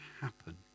happen